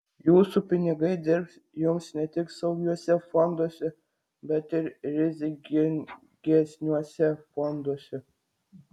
jūsų pinigai dirbs jums ne tik saugiuose fonduose bet ir rizikingesniuose fonduose